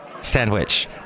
Sandwich